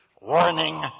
Warning